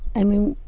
i mean,